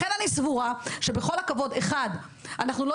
לכן אני סבורה שבכל הכבוד: אנחנו לא